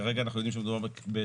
כרגע אנחנו יודעים שמדובר בשבעה.